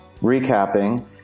recapping